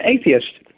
atheist